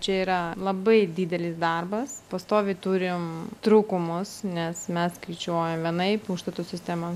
čia yra labai didelis darbas pastoviai turim trūkumus nes mes skaičiuojam vienaip užstato sistema